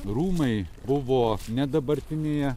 rūmai buvo ne dabartinėje